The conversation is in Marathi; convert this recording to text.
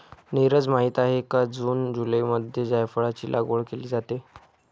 नीरज माहित आहे का जून जुलैमध्ये जायफळाची लागवड केली जाते